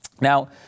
Now